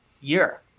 year